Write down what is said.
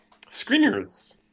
screeners